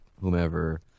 whomever